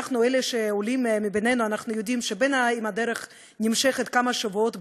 העולים שבינינו יודעים שבין שהדרך נמשכת כמה שבועות,